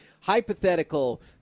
Hypothetical